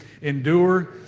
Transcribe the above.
Endure